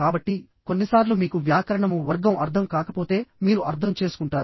కాబట్టి కొన్నిసార్లు మీకు వ్యాకరణము వర్గం అర్థం కాకపోతే మీరు అర్థం చేసుకుంటారు